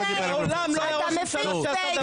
אתה מפיץ פייק.